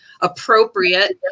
appropriate